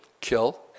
kill